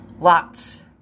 Lots